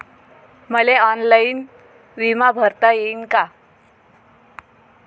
मले ऑनलाईन बिमा भरता येईन का?